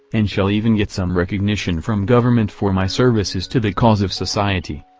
and shall even get some recognition from government for my services to the cause of society.